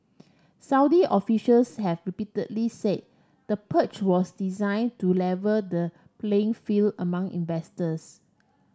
Saudi officials have repeatedly say the purge was design to level the playing field among investors